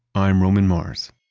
i'm roman mars